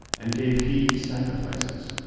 and gave heed to sacrifices.